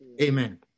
Amen